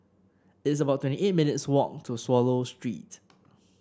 it's about twenty eight minutes' walk to Swallow Street